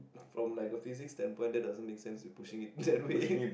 from like a Physics stempel it doesn't make sense we pushing it in that way